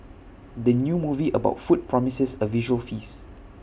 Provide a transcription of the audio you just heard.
the new movie about food promises A visual feast